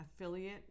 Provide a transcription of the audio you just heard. affiliate